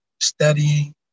studying